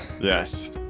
yes